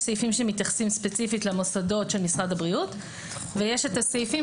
יש סעיפים שמתייחסים ספציפית למוסדות של משרד הבריאות ויש את הסעיפים